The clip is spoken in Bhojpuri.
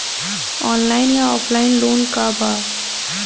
ऑनलाइन या ऑफलाइन लोन का बा?